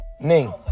Ning